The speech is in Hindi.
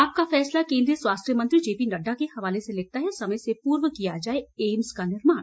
आपका फैसला केन्द्रीय स्वास्थ्य मंत्री जेपी नड्डा के हवाले से लिखता है समय से पूर्व किया जाए एम्स का निर्माण